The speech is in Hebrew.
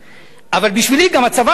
אבל בשבילי גם הצבא מקודש.